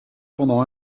pendant